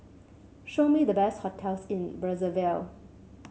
show me the best hotels in Brazzaville